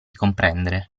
comprendere